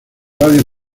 radios